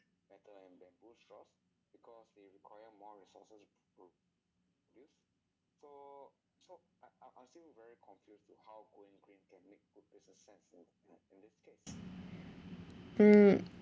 mm